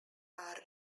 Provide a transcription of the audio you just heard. are